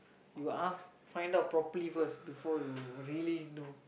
you ask find out properly first before you really do